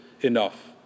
enough